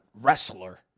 wrestler